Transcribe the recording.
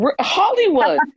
Hollywood